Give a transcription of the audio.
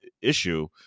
issue